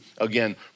again